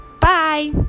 Bye